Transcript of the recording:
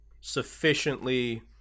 sufficiently